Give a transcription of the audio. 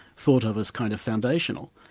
thought of as kind of foundational,